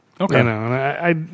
Okay